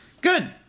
Good